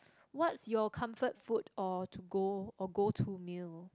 what's your comfort food or to go or go to meal